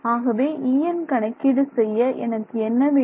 ஆகவே En கணக்கீடு செய்ய எனக்கு என்ன வேண்டும்